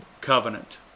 covenant